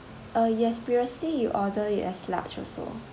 uh yes previously you order it as large also